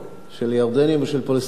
של הירדנים ושל הפלסטינים.